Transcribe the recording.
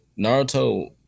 naruto